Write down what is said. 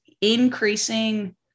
increasing